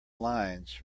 lines